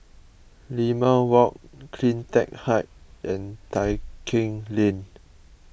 Limau Walk CleanTech Height and Tai Keng Lane